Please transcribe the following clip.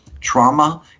trauma